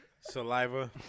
Saliva